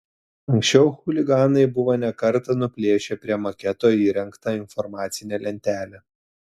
anksčiau chuliganai buvo ne kartą nuplėšę prie maketo įrengtą informacinę lentelę